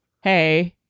Hey